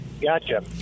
Gotcha